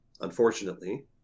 unfortunately